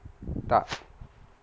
taf